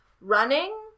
running